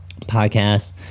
Podcast